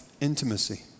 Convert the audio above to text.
intimacy